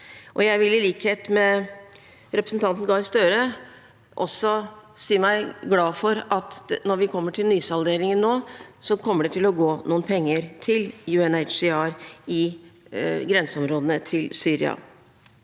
Jeg vil i likhet med representanten Gahr Støre også si meg glad for at når vi kommer til nysalderingen nå, kommer det til å gå noen penger til UNHCR i grenseområdene til Syria.